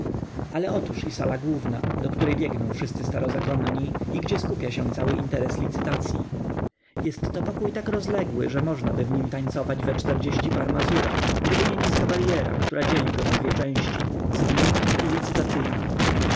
ale otóż i sala główna do której biegną wszyscy starozakonni i gdzie skupia się cały interes licytacyi jest to pokój tak rozległy że możnaby w nim tańcować we par mazura gdyby nie niska baryera która dzieli go na dwie części cywilną i licytacyjną